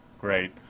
great